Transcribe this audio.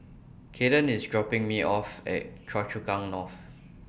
Kaden IS dropping Me off At Choa Chu Kang North